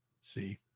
See